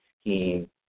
scheme